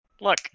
Look